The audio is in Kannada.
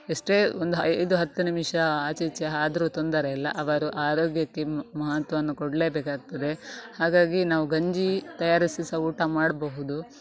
ಎಷ್ಟೇ ಒಂದು ಐದು ಹತ್ತು ನಿಮಿಷ ಆಚೆ ಈಚೆ ಆದ್ರು ತೊಂದರೆ ಇಲ್ಲ ಅವರ ಆರೋಗ್ಯಕ್ಕೆ ಮಹತ್ವವನ್ನು ಕೊಡಲೇಬೇಕಾಗ್ತದೆ ಹಾಗಾಗಿ ನಾವು ಗಂಜಿ ತಯಾರಿಸಿ ಸಹ ಊಟ ಮಾಡಬಹುದು